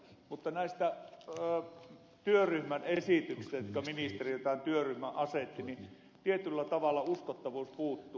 mutta näistä työryhmän esityksistä jonka työryhmän ministeri asetti tietyllä tavalla uskottavuus puuttuu